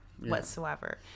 Whatsoever